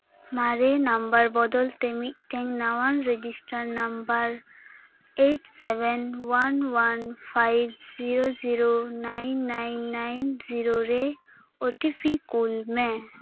ᱢᱟᱨᱮ ᱱᱟᱢᱵᱟᱨ ᱵᱚᱫᱚᱞ ᱛᱮ ᱢᱤᱫᱴᱮᱱ ᱱᱟᱣᱟᱱ register number eight seven one one five zero zero nine nine nine zero ᱨᱮ ᱳᱴᱤᱯᱤ ᱠᱩᱞ ᱢᱮ